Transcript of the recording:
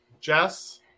Jess